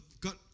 got